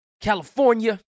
California